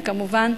וכמובן,